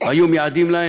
היו מייעדים,